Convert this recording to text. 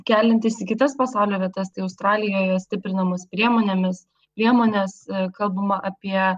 keliantis į kitas pasaulio vietas tai australijoje stiprinamos priemonėmis priemonės kalbama apie